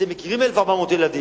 אתם מכירים 1,400 ילדים.